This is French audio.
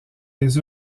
les